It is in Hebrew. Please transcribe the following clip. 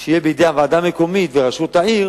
שיהיה בידי הוועדה המקומית וראשות העיר